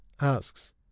asks